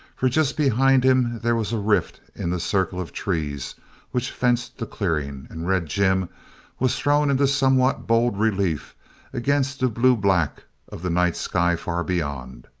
for just behind him there was a rift in the circle of trees which fenced the clearing and red jim was thrown into somewhat bold relief against the blue-black of the night sky far beyond.